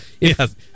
Yes